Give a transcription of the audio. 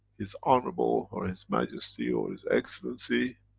his honorable, or his majesty, or his excellency,